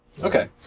Okay